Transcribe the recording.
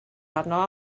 arno